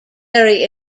very